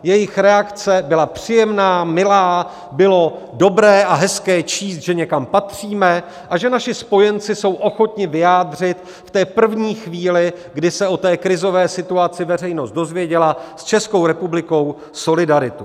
Jejich reakce byla příjemná, milá, bylo dobré a hezké číst, že někam patříme a že naši spojenci jsou ochotni vyjádřit v první chvíli, kdy se o té krizové situaci veřejnost dozvěděla, s Českou republikou solidaritu.